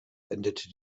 endete